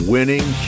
Winning